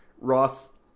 Ross